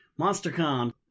Monstercon